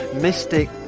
mystic